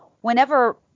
whenever